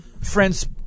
friends